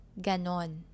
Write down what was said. Ganon